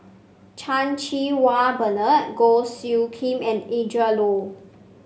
Chan Cheng Wah Bernard Goh Soo Khim and Adrin Loi